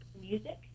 music